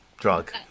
drug